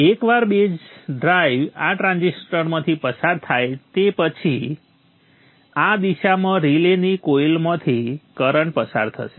એકવાર base drive આ ટ્રાન્ઝિસ્ટરમાંથી પસાર થાય તે પછી આ દિશામાં રિલેની કોઇલમાંથી કરંટ પસાર થશે